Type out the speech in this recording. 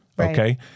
Okay